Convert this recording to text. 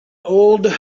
old